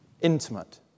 intimate